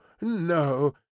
no